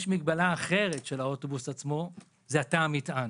יש מגבלה אחרת של האוטובוס עצמו, תא המטען.